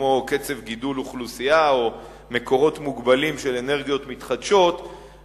כמו קצב גידול האוכלוסייה או מקורות מוגבלים של אנרגיות מתחדשות,